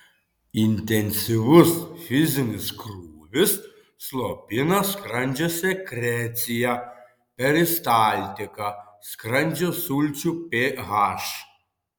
intensyvus fizinis krūvis slopina skrandžio sekreciją peristaltiką skrandžio sulčių ph